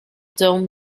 don’t